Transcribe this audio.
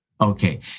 Okay